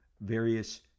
various